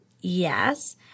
yes